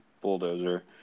bulldozer